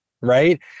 right